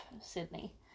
Sydney